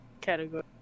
category